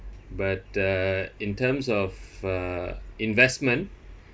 but uh in terms of uh investment